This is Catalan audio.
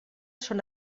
són